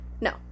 no